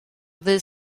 ddydd